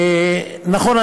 נכון,